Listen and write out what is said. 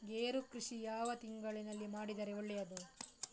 ಗೇರು ಕೃಷಿ ಯಾವ ತಿಂಗಳಲ್ಲಿ ಮಾಡಿದರೆ ಒಳ್ಳೆಯದು?